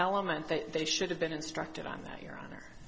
element that they should have been instructed on that your honor